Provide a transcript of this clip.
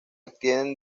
obtienen